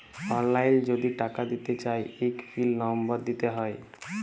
অললাইল যদি টাকা দিতে চায় ইক পিল লম্বর দিতে হ্যয়